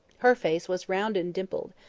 her face was round and dimpled.